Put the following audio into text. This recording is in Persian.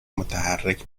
متحرک